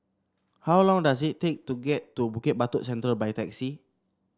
how long does it take to get to Bukit Batok Central by taxi